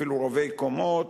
אפילו רבי-קומות,